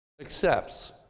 accepts